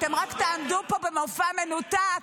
אתם רק תעמדו פה במופע מנותק,